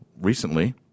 recently